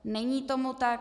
Není tomu tak.